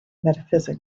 metaphysics